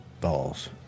Balls